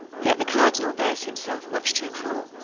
yet the cardinal bears himself much too cruel.